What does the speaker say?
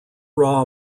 raw